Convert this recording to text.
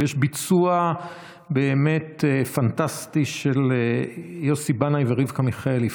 ויש ביצוע באמת פנטסטי של יוסי בנאי ורבקה מיכאלי,